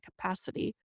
capacity